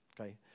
okay